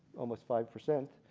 almost five percent,